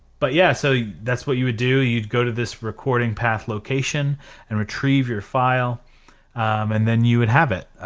but yeah, so that's what you would do you'd go to this recording path location and retrieve your file and then you would have it.